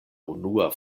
unua